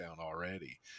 already